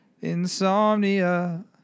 insomnia